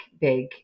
big